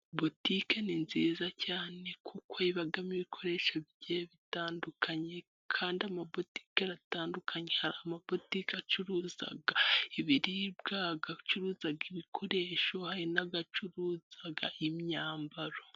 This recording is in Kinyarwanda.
Butike ni nziza cyane kuko ibamo ibikoresho bigiye bitandukanye, kandi amabutike aratandukanye hari amabutike acuruza ibiribwa, acuruza ibikoresho hari n'acuruza imyambaro.